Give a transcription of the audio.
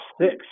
six